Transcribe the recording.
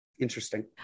Interesting